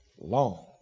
long